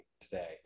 today